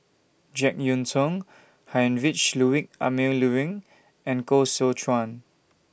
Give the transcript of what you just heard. Jek Yeun Thong Heinrich Ludwig Emil Luering and Koh Seow Chuan